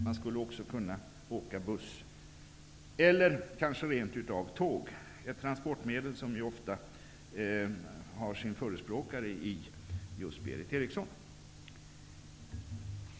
Man skulle också kunna åka buss eller kanske rent av tåg, ett transportmedel som ofta har sin förespråkare i just Berith Eriksson.